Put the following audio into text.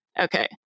Okay